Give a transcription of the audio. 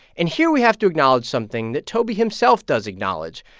and here we have to acknowledge something that toby himself does acknowledge.